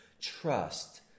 trust